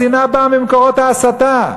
השנאה באה ממקורות ההסתה,